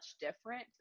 different